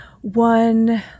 one